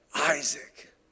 Isaac